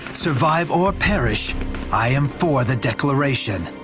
survive or perish i am for the declaration.